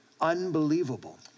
Unbelievable